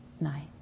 night